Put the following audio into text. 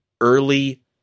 early